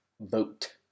vote